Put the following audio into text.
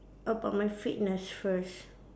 about my fitness first